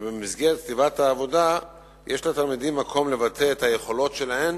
ובמסגרת כתיבת העבודה יש לתלמידים מקום לבטא את היכולות שלהם